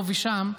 פה ושם,